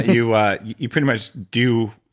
you ah you pretty much do.